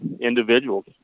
individuals